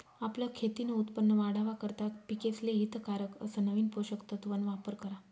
आपलं खेतीन उत्पन वाढावा करता पिकेसले हितकारक अस नवीन पोषक तत्वन वापर करा